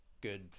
good